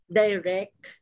direct